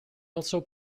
also